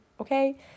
Okay